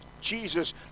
Jesus